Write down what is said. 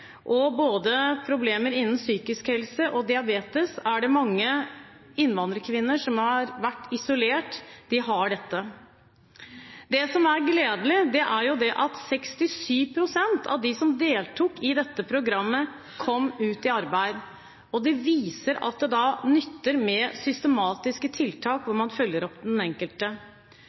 og både problemer innen psykisk helse og diabetes er det mange innvandrerkvinner som har vært isolert, som har. Det som er gledelig, er at 67 pst. av de som deltok i dette programmet, kom ut i arbeid. Det viser at det nytter med systematiske tiltak hvor man følger opp den enkelte.